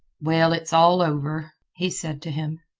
well, it's all over, he said to him.